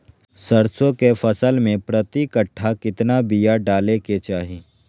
सरसों के फसल में प्रति कट्ठा कितना बिया डाले के चाही?